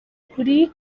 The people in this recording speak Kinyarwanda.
kuri